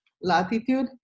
latitude